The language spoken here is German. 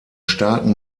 starken